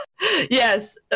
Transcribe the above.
Yes